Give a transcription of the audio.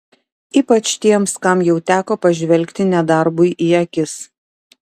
ypač tiems kam jau teko pažvelgti nedarbui į akis